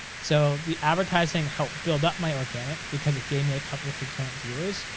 so the advertising helped build up my organic, because it gave me a couple concurrent viewers,